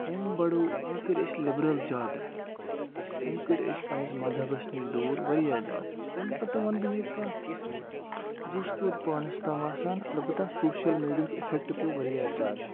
أمۍ بڑو أمۍ کٔرۍ أسۍ لِبرَل زیادٕ أمۍ کٔرۍ أسۍ پَنٛنِس مذہبَس نِش دوٗر وارِیاہ زیادٕ تَمہِ پَتہٕ وَنہٕ بہٕ یہِ کَتھ زِ یہِ چھِ تویتہِ پانَس تام آسان اَلبَتہ سوشَل میٖڈیاہُک اِفٮ۪کٹ پیوٚو وارِیاہ زیادٕ